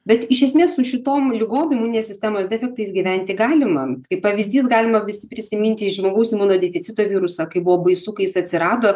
bet iš esmės su šitom ligom imuninės sistemos defektais gyventi galima kaip pavyzdys galima visi prisiminti žmogaus imunodeficito virusą kaip buvo baisu kai jis atsirado